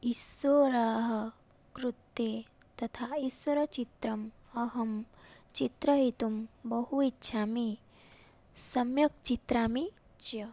ईश्वरः कृते तथा ईश्वरचित्रम् अहं चित्रयितुं बहु इच्छामि सम्यक् चित्रयामि च